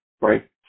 right